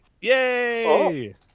Yay